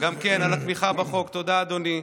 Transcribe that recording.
על התמיכה בחוק, תודה, אדוני,